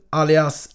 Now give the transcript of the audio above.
alias